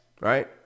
Right